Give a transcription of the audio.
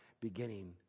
beginning